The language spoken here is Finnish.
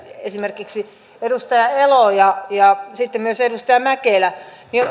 esimerkiksi edustaja elo ja ja sitten myös edustaja mäkelä että